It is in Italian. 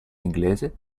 inglese